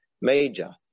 major